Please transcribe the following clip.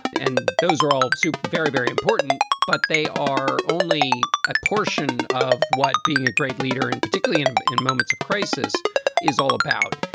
and those are all super, very, very important. but they are only a portion of what being a great leader and particularly in in moments of crisis is all about.